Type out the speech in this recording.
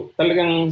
talagang